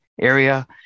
area